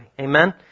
Amen